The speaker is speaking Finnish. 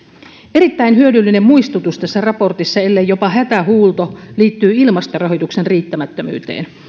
erittäin hyödyllinen muistutus tässä raportissa ellei jopa hätähuuto liittyy ilmastorahoituksen riittämättömyyteen